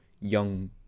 young